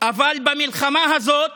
אבל במלחמה הזאת